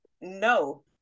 no